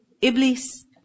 Iblis